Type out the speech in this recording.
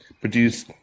produce